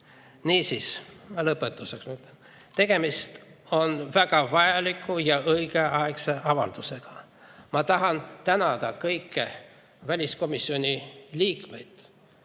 Niisiis, lõpetuseks. Tegemist on väga vajaliku ja õigeaegse avaldusega. Ma tahan tänada kõiki väliskomisjoni liikmeid.